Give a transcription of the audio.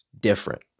different